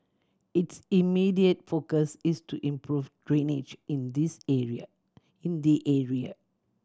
its immediate focus is to improve drainage in this area in the area